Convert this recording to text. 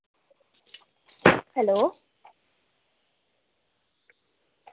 hello